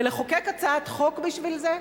ולחוקק הצעת חוק בשביל זה?